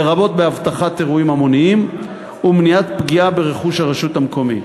ולרבות באבטחת אירועים המוניים ומניעת פגיעה ברכוש הרשות המקומית.